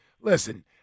listen –